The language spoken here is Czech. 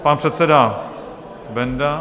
Pan předseda Benda.